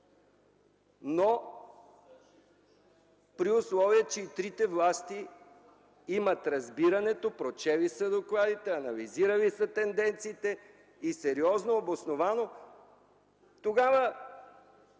но при условие, че и трите власти имат разбирането, прочели са докладите, анализирали са тенденциите. И сериозно, обосновано... Тогава